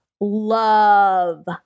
love